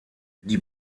die